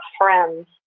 friends